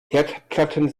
herdplatten